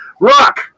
Rock